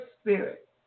spirit